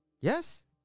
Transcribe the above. Yes